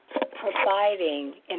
providing